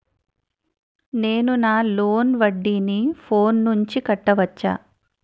నేను నా లోన్ వడ్డీని ఫోన్ నుంచి కట్టవచ్చా?